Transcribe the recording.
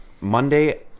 monday